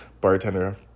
bartender